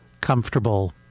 comfortable